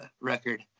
record